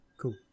Cool